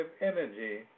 energy